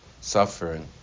suffering